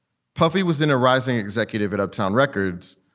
puffy was in a rising executive at uptown records,